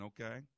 Okay